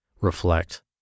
reflect